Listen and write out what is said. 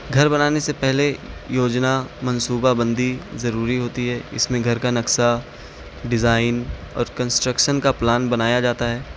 گھر بنانے سے پہلے یوجنا منصوبہ بندی ضروری ہوتی ہے اس میں گھر کا نکسہ ڈیزائن اور کنسٹرکسن کا پلان بنایا جاتا ہے